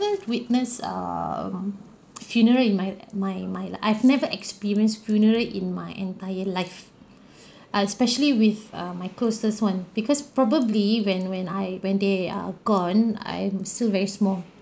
witness err funeral in my my my I've never experienced funeral in my entire life err especially with err my closest one because probably when when I when they are gone I am still very small